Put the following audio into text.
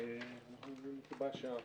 הישיבה ננעלה בשעה